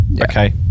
okay